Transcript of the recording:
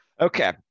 Okay